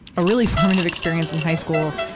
ah really formative experience in high school,